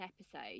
episode